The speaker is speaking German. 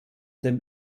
dem